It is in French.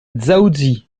dzaoudzi